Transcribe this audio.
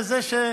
אני